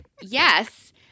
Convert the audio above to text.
yes